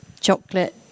chocolate